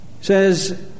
says